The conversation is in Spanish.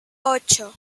ocho